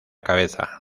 cabeza